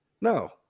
No